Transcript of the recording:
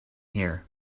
here